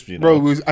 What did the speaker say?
bro